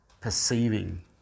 perceiving